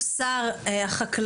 (גידול תרנגולות מטילות והחזקתן לצרכים חקלאיים),